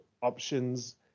options